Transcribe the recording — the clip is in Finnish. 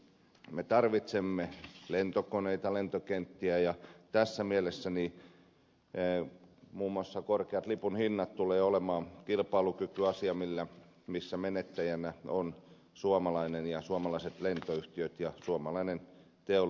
me tarvitsemme lentokoneita lentokenttiä ja tässä mielessä muun muassa korkeat lipunhinnat tulevat olemaan kilpailukykyasia missä menettäjinä ovat suomalaiset suomalaiset lentoyhtiöt ja suomalainen teollisuus